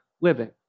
living